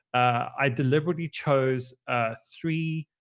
i deliberately chose three